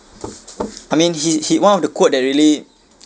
I mean he he one of the quote that really